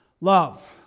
Love